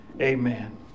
Amen